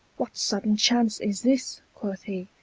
what sudden chance is this, quoth he,